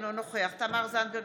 אינו נוכח תמר זנדברג,